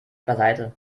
beiseite